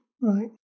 Right